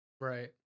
Right